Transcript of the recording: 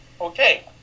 okay